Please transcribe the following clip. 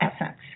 essence